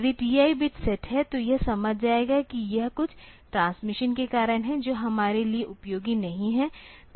यदि TI bit set है तो यह समझ जाएगा कि यह कुछ ट्रांसमिशन के कारण है जो हमारे लिए उपयोगी नहीं है